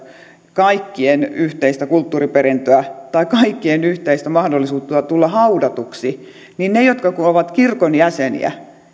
kaikkien yhteisestä kulttuuriperinnöstä tai kaikkien yhteisestä mahdollisuudesta tulla haudatuiksi eli ne jotka ovat kirkon jäseniä